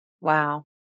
Wow